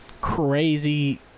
crazy